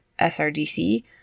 SRDC